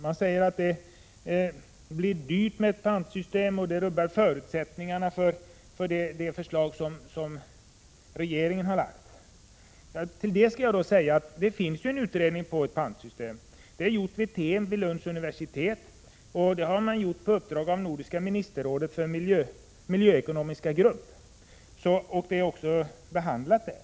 Man säger att det blir dyrt med ett pantsystem och att det rubbar förutsättningarna för det förslag som regeringen har lagt fram. Till det skall jag säga att det finns en utredning om ett pantsystem. Den har gjorts vid Lunds universitet på uppdrag av Nordiska ministerrådets miljöekonomiska grupp, och utredningen har också behandlats där.